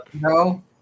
no